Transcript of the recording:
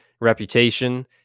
reputation